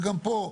וגם פה,